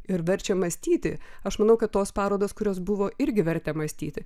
ir verčia mąstyti aš manau kad tos parodos kurios buvo irgi vertė mąstyti